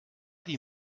die